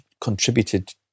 contributed